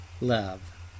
love